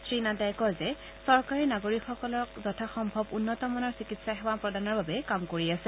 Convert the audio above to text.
শ্ৰীনাড্ডাই কয় যে চৰকাৰে নাগৰিকসকলক যথা সম্ভব উন্নতমানৰ চিকিৎসা সেৱা প্ৰদানৰ বাবে কাম কৰি আছে